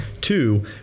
Two